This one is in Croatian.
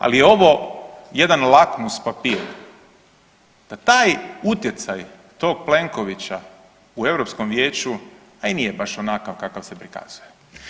Ali ovo jedan lakmus papir, da taj utjecaj tog Plenkovića u Europskom vijeću a i nije baš onakav kakav se prikazuje.